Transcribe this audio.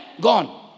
gone